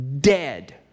dead